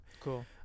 Cool